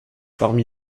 parmi